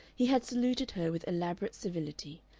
he had saluted her with elaborate civility,